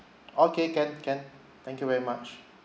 okay can can thank you very much